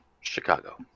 Chicago